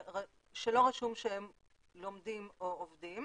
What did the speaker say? שלא רשום שהם לומדים או עובדים.